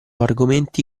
argomenti